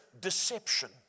deception